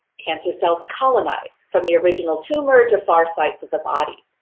cancer cells colonize from the original tumor to far sites of the body.